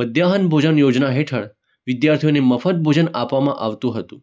મધ્યાહન ભોજન યોજના હેઠળ વિદ્યાર્થીઓને મફત ભોજન આપવામાં આવતું હતું